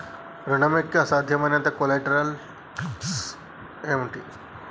ఋణం యొక్క సాధ్యమైన కొలేటరల్స్ ఏమిటి?